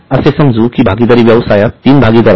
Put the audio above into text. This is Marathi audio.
असे समजू कि भागीदारी व्यायसायात तीन भागीदार आहेत